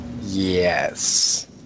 Yes